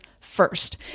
first